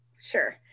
sure